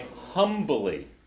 humbly